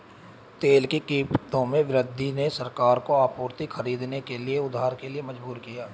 तेल की कीमतों में वृद्धि ने सरकारों को आपूर्ति खरीदने के लिए उधार के लिए मजबूर किया